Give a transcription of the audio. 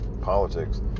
politics